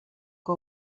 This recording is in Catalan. que